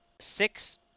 six